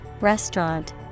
restaurant